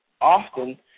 often